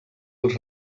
els